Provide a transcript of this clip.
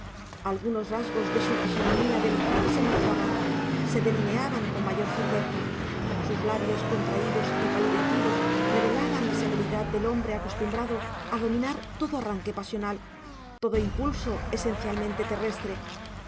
algunos rasgos de su fisonomía delicada se marcaban se delineaban con mayor firmeza sus labios contraídos y palidecidos revelaban la severidad del hombre acostumbrado a dominar todo arranque pasional todo impulso esencialmente terrestre